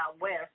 west